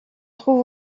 trouve